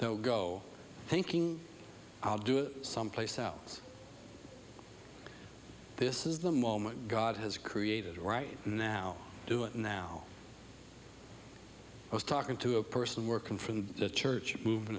o go thinking i'll do it someplace else this is the moment god has created right now do it now i was talking to a person working from the church mov